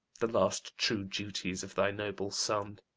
the last true duties of thy noble son!